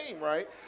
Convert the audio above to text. right